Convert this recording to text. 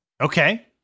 Okay